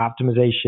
optimization